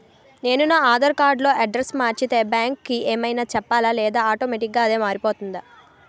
నేను నా ఆధార్ కార్డ్ లో అడ్రెస్స్ మార్చితే బ్యాంక్ కి ఏమైనా చెప్పాలా లేదా ఆటోమేటిక్గా అదే మారిపోతుందా?